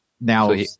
now